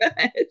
good